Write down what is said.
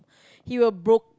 he will broke